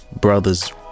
brothers